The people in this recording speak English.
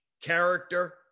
character